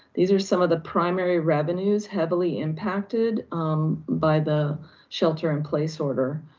these are some of the primary revenues heavily impacted by the shelter in place order.